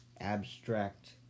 abstract